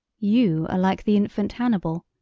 you are like the infant hannibal,